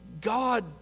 God